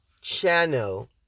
channel